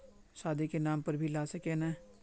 शादी के नाम पर भी ला सके है नय?